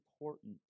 important